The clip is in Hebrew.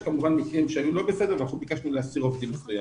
יש כמובן מקרים שהם לא בסדר ואנחנו ביקשנו להסיר עובדים מסוימים.